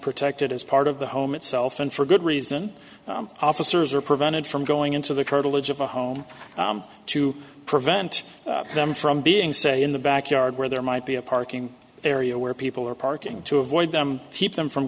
protected as part of the home itself and for good reason officers are prevented from going into the curtilage of a home to prevent them from being say in the back yard where there might be a parking area where people are parking to avoid them keep them from